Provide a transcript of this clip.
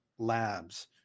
labs